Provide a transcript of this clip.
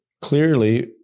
clearly